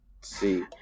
See